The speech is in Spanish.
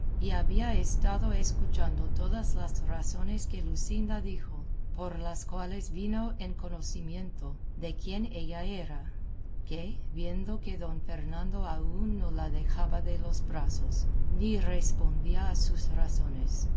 y había estado escuchando todas las razones que luscinda dijo por las cuales vino en conocimiento de quién ella era que viendo que don fernando aún no la dejaba de los brazos ni respondía a sus razones